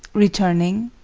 returning.